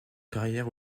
carrière